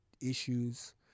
issues